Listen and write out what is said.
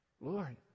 Lord